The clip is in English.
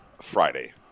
Friday